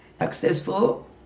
successful